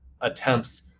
attempts